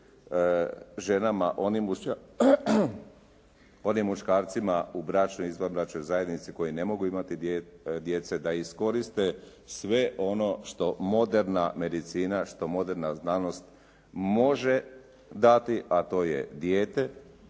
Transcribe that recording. ženama, onim muškarcima u bračnoj i izvanbračnoj zajednici koji ne mogu imati djece da iskoriste sve ono što moderna medicina što moderna znanost može dati, a to je dijete.